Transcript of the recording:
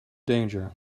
danger